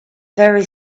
very